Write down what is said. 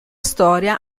storia